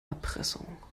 erpressung